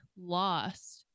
lost